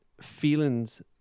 feelings